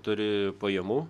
turi pajamų